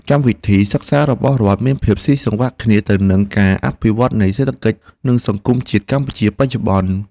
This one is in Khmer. កម្មវិធីសិក្សារបស់រដ្ឋមានភាពស៊ីសង្វាក់គ្នាទៅនឹងការអភិវឌ្ឍន៍សេដ្ឋកិច្ចនិងសង្គមជាតិកម្ពុជាបច្ចុប្បន្ន។